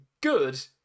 good